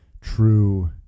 true